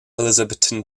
elizabethan